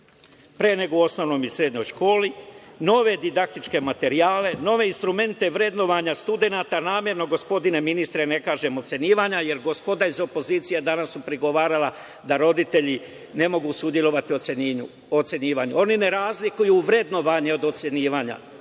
pre nego u osnovnoj i srednjoj školi, nove didaktičke materijale, nove instrumente vrednovanja studenata, namerno gospodine ministre, ne kažem ocenjivanja, jer gospoda iz opozicije danas su prigovarala da roditelji ne mogu prisustvovati u ocenjivanju. Oni ne razlikuju vrednovanje od ocenjivanja.